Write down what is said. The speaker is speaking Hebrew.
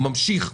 הוא ממשיך,